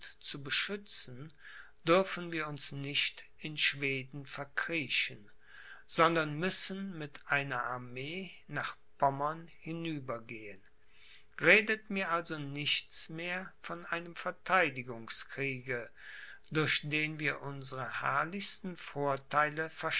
zu beschützen dürfen wir uns nicht in schweden verkriechen sondern müssen mit einer armee nach pommern hinübergehen redet mir also nichts mehr von einem verteidigungskriege durch den wir unsere herrlichsten vortheile